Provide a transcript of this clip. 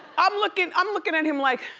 i'm looking i'm looking at him like